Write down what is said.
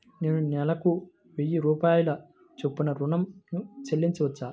నేను నెలకు వెయ్యి రూపాయల చొప్పున ఋణం ను చెల్లించవచ్చా?